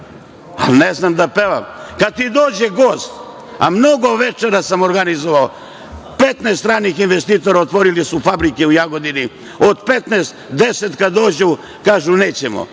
ne znam. Kad ti dođe gost, a mnogo večera sam organizovao, 15 stranih investitora otvorili su fabrike u Jagodini, od 15 njih 10 kad dođu i kažu – nećemo,